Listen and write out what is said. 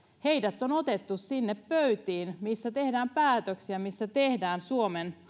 heidät on otettu hallitusneuvottelijan myötävaikutuksella sinne pöytiin joissa tehdään päätöksiä joissa tehdään suomen